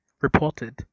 reported